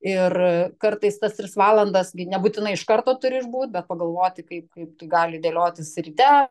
ir kartais tas tris valandas gi nebūtinai iš karto turi išbūt bet pagalvoti kaip kaip tai gali dėliotis ryte